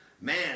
Man